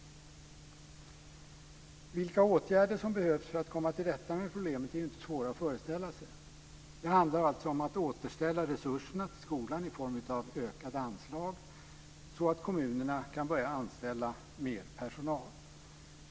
Vilka åtgärder som behövs för att komma till rätta med problemet är inte svårt att föreställa sig. Det handlar alltså om att återställa resurserna till skolan i form av ökade anslag så att kommunerna kan börja anställa mer personal.